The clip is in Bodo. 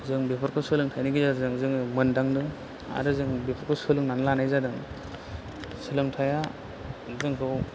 जों बेफोरखौ सोलोंथाइनि गेजेरजों जोङो मोनदांदों आरो जों बेफोरखौ सोलोंनानै लानाय जादों सोलोंथाइया जोंखौ